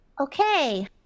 Okay